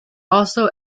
also